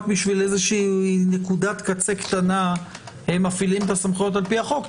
בשביל נקודת קצה קטנה מפעילים את הסמכויות לפי החוק.